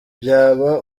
byaba